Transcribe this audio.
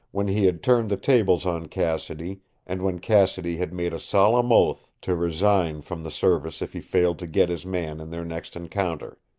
when he had turned the tables on cassidy and when cassidy had made a solemn oath to resign from the service if he failed to get his man in their next encounter.